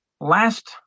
last